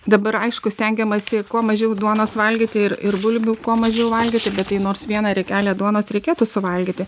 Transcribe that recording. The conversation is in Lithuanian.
dabar aišku stengiamasi kuo mažiau duonos valgyti ir ir bulvių kuo mažiau valgyti bet tai nors vieną riekelę duonos reikėtų suvalgyti